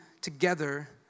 together